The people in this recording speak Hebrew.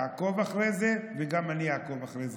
תעקוב אחרי זה, וגם אני אעקוב אחרי זה.